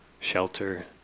shelter